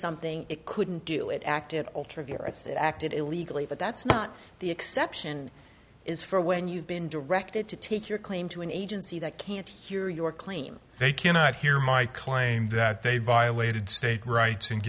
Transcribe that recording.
something it couldn't do it acted altered your rights and acted illegally but that's not the exception is for when you've been directed to take your claim to an agency that can't hear your claim they cannot hear my claim that they violated state rights and